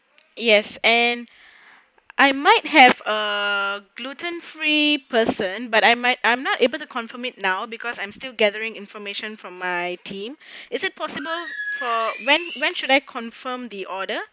yes and I might have a gluten free person but I might I'm not able to confirm it now because I'm still gathering information from my team is it possible for when when should I confirm the order